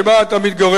שבה אתה מתגורר,